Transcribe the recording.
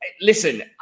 listen